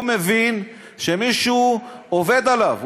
הוא מבין שמישהו עובד עליו,